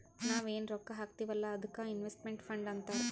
ನಾವ್ ಎನ್ ರೊಕ್ಕಾ ಹಾಕ್ತೀವ್ ಅಲ್ಲಾ ಅದ್ದುಕ್ ಇನ್ವೆಸ್ಟ್ಮೆಂಟ್ ಫಂಡ್ ಅಂತಾರ್